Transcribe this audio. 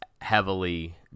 heavily